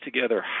together